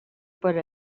per